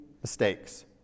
mistakes